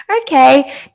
okay